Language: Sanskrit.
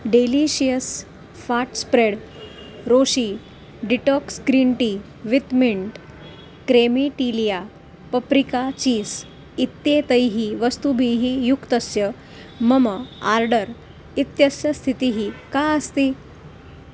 डेलीशियस् फ़ाट् स्प्रेड् रोशी detox green tea with mint क्रेमीटीलिया पप्रिका चीस् इत्येतैः वस्तुभिः युक्तस्य मम आर्डर् इत्यस्य स्थितिः का अस्ति